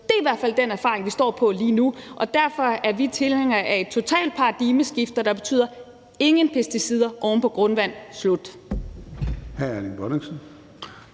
Det er i hvert fald den erfaring, vi har lige nu, og derfor er vi tilhængere af et totalt paradigmeskifte, der betyder ingen pesticider oven på grundvand – slut!